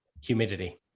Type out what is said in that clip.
humidity